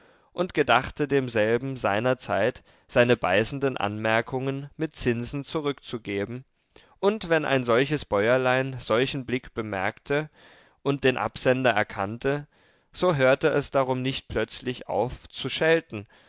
und gedachte demselben seinerzeit seine beißenden anmerkungen mit zinsen zurückzugeben und wenn ein solches bäuerlein solchen blick bemerkte und den absender erkannte so hörte es darum nicht plötzlich auf zu schelten